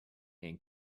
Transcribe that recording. and